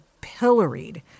pilloried